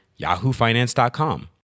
yahoofinance.com